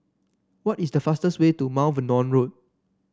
what is the fastest way to Mount Vernon Road